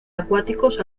acuáticos